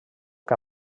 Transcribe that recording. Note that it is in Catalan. que